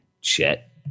Chet